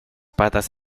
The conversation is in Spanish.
patas